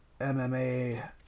MMA